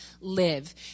live